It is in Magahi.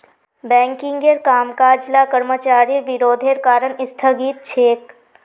बैंकिंगेर कामकाज ला कर्मचारिर विरोधेर कारण स्थगित छेक